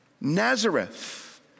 Nazareth